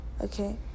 Okay